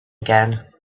again